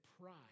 pride